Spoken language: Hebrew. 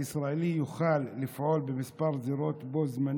הישראלי יוכל לפעול בכמה זירות בו בזמן